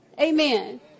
amen